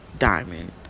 diamond